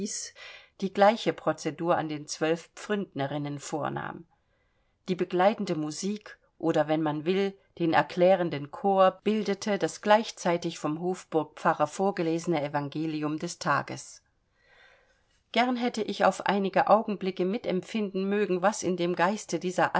die gleiche prozedur an den zwölf pfründnerinnen vornahm die begleitende musik oder wenn man will den erklärenden chor bildete das gleichzeitig vom hofburgpfarrer vorgelesene evangelium des tages gern hätte ich auf einige augenblicke mitempfinden mögen was in dem geiste dieser